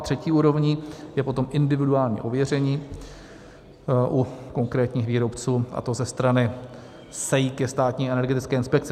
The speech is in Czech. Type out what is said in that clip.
Třetí úrovní je individuální ověření u konkrétních výrobců, a to ze strany SEI, Státní energetické inspekce.